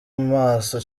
maso